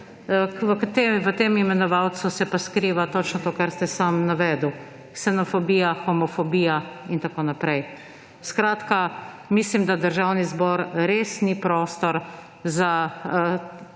v tem imenovalcu se pa skriva točno to, kar ste sami navedli: ksenofobija, homofobija in tako naprej. Skratka, mislim, da Državni zbor res ni prostor za